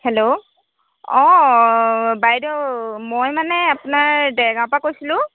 hello অঁ বাইদেউ মই মানে আপোনাৰ দেৰগাঁৱৰপৰা কৈছিলোঁ